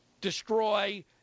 destroy